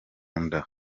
nda